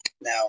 Now